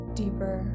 deeper